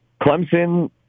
Clemson